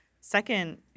second